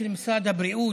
של משרד הבריאות,